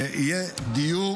ויהיה דיור